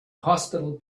hospital